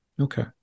Okay